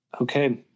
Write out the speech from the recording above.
Okay